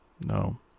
no